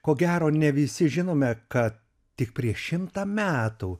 ko gero ne visi žinome kad tik prieš šimtą metų